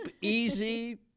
easy